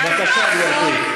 בבקשה, גברתי.